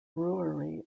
brewery